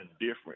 different